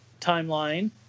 timeline